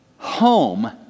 Home